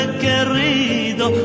querido